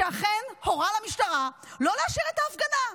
שאכן הורה למשטרה לא לאשר את ההפגנה.